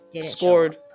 scored